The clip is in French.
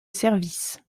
service